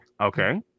Okay